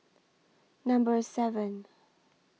Number seven